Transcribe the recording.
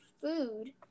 food